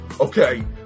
okay